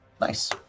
nice